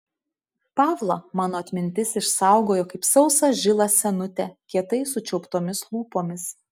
pavlą mano atmintis išsaugojo kaip sausą žilą senutę kietai sučiauptomis lūpomis